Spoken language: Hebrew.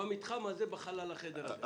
החדר הזה,